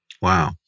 Wow